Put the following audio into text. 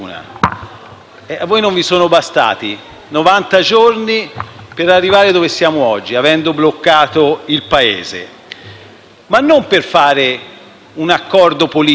a voi non sono bastati novanta giorni per arrivare dove siamo oggi, avendo bloccato il Paese. Ma non per fare un accordo politico,